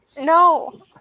No